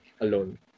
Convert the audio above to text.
alone